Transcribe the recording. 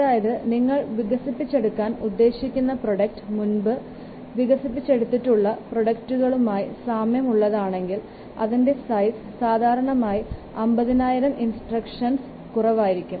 അതായത് നിങ്ങൾ വികസിപ്പിച്ചെടുക്കാൻ ഉദ്ദേശിക്കുന്ന പ്രോഡക്റ്റ് മുൻപ് വികസിപ്പിച്ചെടുത്തിട്ടുള്ള പ്രോഡക്റ്റുകളുമായി സാമ്യം ഉള്ളതാണെങ്കിൽ അതിന്റെ സൈസ് സാധാരണയായി 50000 ഇൻസ്ട്രക്ഷനുകളിലും കുറവായിരിക്കും